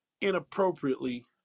inappropriately